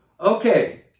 Okay